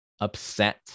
upset